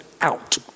out